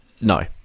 No